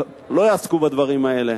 לא יעסקו בדברים האלה.